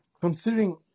Considering